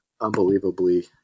unbelievably